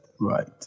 right